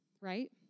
right